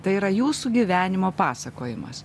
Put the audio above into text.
tai yra jūsų gyvenimo pasakojimas